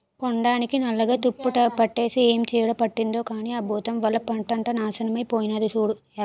కాండానికి నల్లగా తుప్పుపట్టేసి ఏం చీడ పట్టిందో కానీ ఆ బూతం వల్ల పంటంతా నాశనమై పోనాది సూడూ